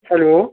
hello